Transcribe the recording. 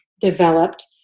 developed